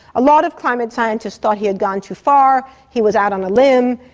a lot of climate scientists thought he had gone too far, he was out on a limb.